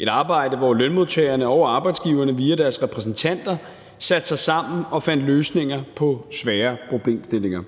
et arbejde, hvor lønmodtagerne og arbejdsgiverne via deres repræsentanter satte sig sammen og fandt løsninger på svære problemstillinger.